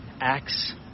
acts